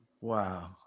Wow